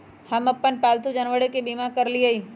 हम अप्पन पालतु जानवर के बीमा करअलिअई